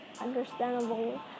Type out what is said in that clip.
understandable